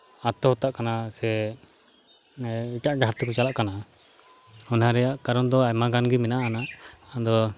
ᱟᱛᱛᱚᱦᱚᱛᱛᱟᱜ ᱠᱟᱱᱟ ᱥᱮ ᱮᱴᱟᱜ ᱰᱟᱦᱟᱨᱛᱮᱠᱚ ᱪᱟᱞᱟᱜ ᱠᱟᱱᱟ ᱚᱱᱟ ᱨᱮᱭᱟᱜ ᱠᱟᱨᱚᱱᱫᱚ ᱟᱭᱢᱟ ᱜᱟᱱ ᱜᱮ ᱢᱮᱱᱟᱜᱼᱟᱱᱟ ᱟᱫᱚ